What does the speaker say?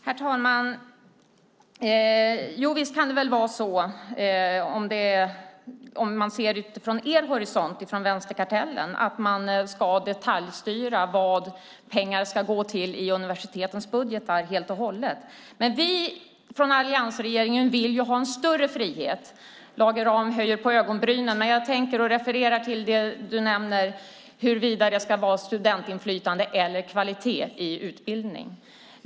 Herr talman! Jo, visst kan det väl vara så, om vi ser det utifrån er horisont i vänsterkartellen, att man ska detaljstyra vad pengar ska gå till i universitetens budgetar helt och hållet. Men vi från alliansregeringen vill ha en större frihet. Lage Rahm höjer på ögonbrynen, men jag refererar till det han nämnde om huruvida det ska vara studentinflytande eller kvalitet i utbildning.